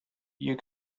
you